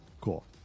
Cool